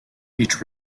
each